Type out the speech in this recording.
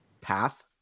path